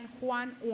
Juan